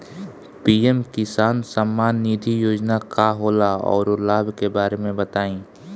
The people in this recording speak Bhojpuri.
पी.एम किसान सम्मान निधि योजना का होला औरो लाभ के बारे में बताई?